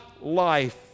life